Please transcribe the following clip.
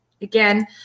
again